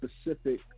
specific